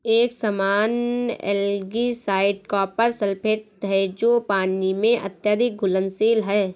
एक सामान्य algicide copper sulphate है जो पानी में अत्यधिक घुलनशील है